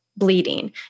bleeding